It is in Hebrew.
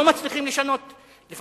לא מצליחים לשנות את המדיניות הממשלתית,